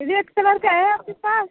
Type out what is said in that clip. red colour का है आपके पास